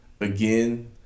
Again